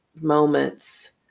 moments